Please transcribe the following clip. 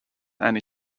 annie